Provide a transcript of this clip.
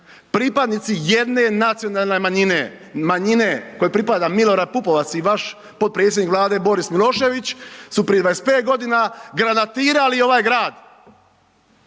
pripadnici jedne nacionalne manjine, manjine kojoj pripada M. Pupovac i vaš potpredsjednik Vlade B. Milošević su prije 25 g. granatirali ovaj grad